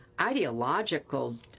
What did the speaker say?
ideological